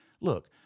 Look